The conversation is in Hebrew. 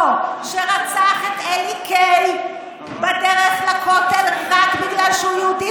שרצח את אלי קיי רק בגלל שהוא יהודי,